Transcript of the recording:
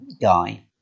guy